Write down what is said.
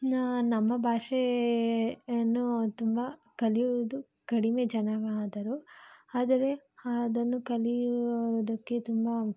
ನ ನಮ್ಮ ಭಾಷೆಯನ್ನು ತುಂಬ ಕಲಿಯುವುದು ಕಡಿಮೆ ಜನ ಆದರೂ ಆದರೆ ಅದನ್ನು ಕಲಿಯುವುದಕ್ಕೆ ತುಂಬ